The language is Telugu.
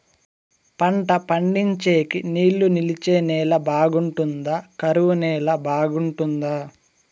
పంట పండించేకి నీళ్లు నిలిచే నేల బాగుంటుందా? కరువు నేల బాగుంటుందా?